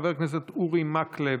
חבר הכנסת אורי מקלב,